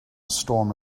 storm